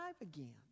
again